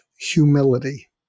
humility